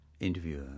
Interviewer